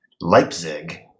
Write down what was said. Leipzig